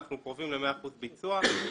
אנחנו קרובים ל-100% ביצוע.